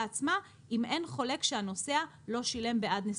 עצמה אם אין חולק שהנוסע לא שילם בעד נסיעתו.